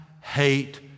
hate